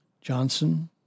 Johnson